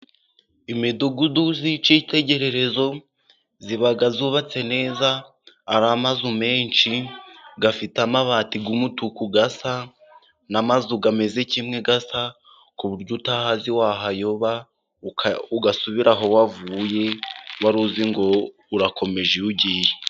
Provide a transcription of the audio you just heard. Imidugudu y'icyitegererezo iba yubatse neza, ari amazu menshi, afite amabati y'umutuku, asa n'amazu ameze kimwe asa, ku buryo utahazi wahayoba ugasubira aho wavuye, wari uzi ngo urakomeje iyo ugiye.